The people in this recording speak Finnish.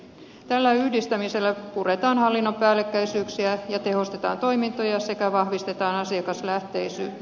tällä yhdistämisellä puretaan hallinnon päällekkäisyyksiä ja tehostetaan toimintoja sekä vahvistetaan asiakaslähtöisyyttä